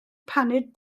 paned